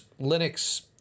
Linux